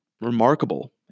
remarkable